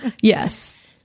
Yes